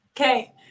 Okay